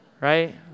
Right